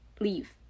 Leave